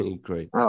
Great